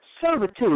servitude